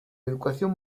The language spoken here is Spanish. educación